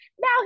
now